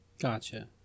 Gotcha